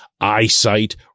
eyesight